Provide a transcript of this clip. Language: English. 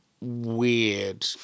weird